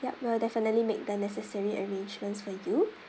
ya we'll definitely make the necessary arrangements for you